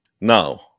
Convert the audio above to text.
Now